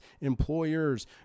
employers